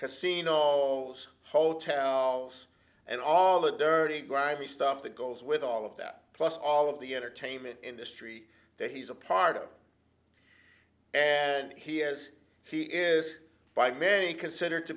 casino most hotels and all that dirty grimy stuff that goes with all of that plus all of the entertainment industry that he's a part of and he is he is by many considered to